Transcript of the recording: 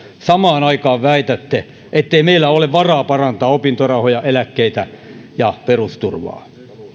samaan aikaan väitätte ettei meillä ole varaa parantaa opintorahoja eläkkeitä ja perusturvaa